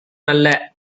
நல்ல